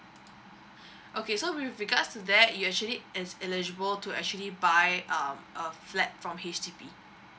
okay so with regards to that you actually is eligible to actually buy um a flat from H_D_B